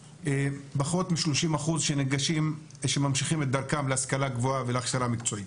פחות מ-30% ממשיכים את דרכם להשכלה גבוהה ולהכשרה מקצועית.